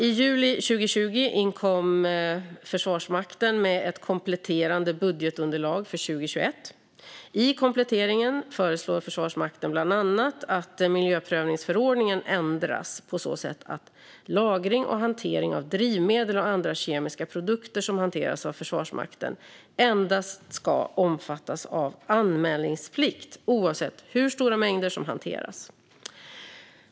I juli 2020 inkom Försvarsmakten med ett kompletterande budgetunderlag för 2021. I kompletteringen föreslår Försvarsmakten bland annat att miljöprövningsförordningen ändras på så sätt att lagring och hantering av drivmedel och andra kemiska produkter som hanteras av Försvarsmakten endast ska omfattas av anmälningsplikt, oavsett hur stora mängder som hanteras.